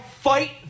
fight